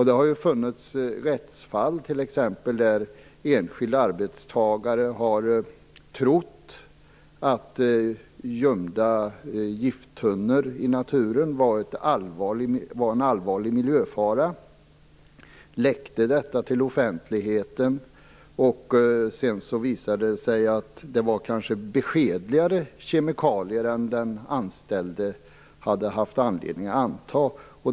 Det har ju förekommit rättsfall t.ex. där enskilda arbetstagare trott att gömda gifttunnor i naturen var en allvarlig miljöfara och som läckt detta till offentligheten. Men sedan har det visat sig att det kanske var fråga om beskedligare kemikalier än den anställde hade haft anledning att anta.